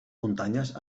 muntanyes